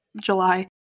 July